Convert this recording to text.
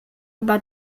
aber